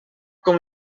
com